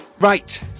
Right